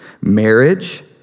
Marriage